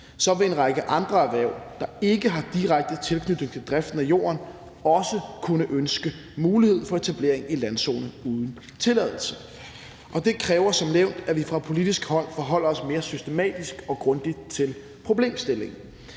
vil en række andre erhverv, der ikke har direkte tilknytning til driften af jorden, også kunne ønske at få mulighed for etablering i landzone uden tilladelse. Og det kræver som nævnt, at vi fra politisk hold forholder os mere systematisk og grundigt til problemstillingen.